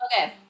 Okay